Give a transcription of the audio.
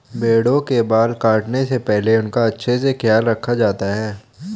भेड़ों के बाल को काटने से पहले उनका अच्छे से ख्याल रखा जाता है